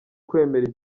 kwemera